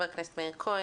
חבר הכנסת מאיר כהן,